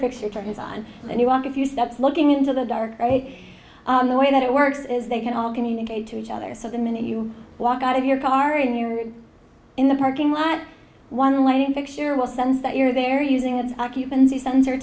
picture is on and you walk a few steps looking into the dark break in the way that it works is they can all communicate to each other so the minute you walk out of your car and you're in the parking lot one lighting fixture will sense that you're there using its occupancy sensor